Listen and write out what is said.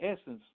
essence